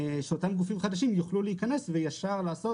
שאותם הגופים החדשים יוכלו להיכנס וישר לעשות